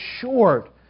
short